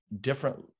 different